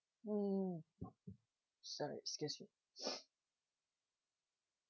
mm sorry excuse me